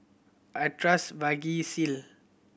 I trust Vagisil